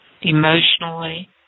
Emotionally